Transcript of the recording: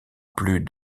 plus